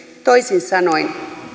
toisin sanoen